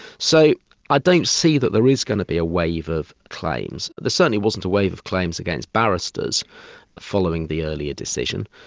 so i don't see that there is going to be a wave of claims. there certainly wasn't a wave of claims against barristers following the earlier decision.